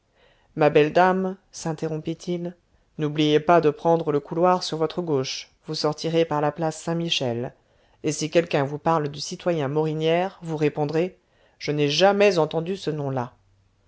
ma belle dame sinterrompit il n'oubliez pas de prendre le couloir sur votre gauche vous sortirez par la place saint-michel et si quelqu'un vous parle du citoyen morinière vous répondrez je n'ai jamais entendu ce nom-là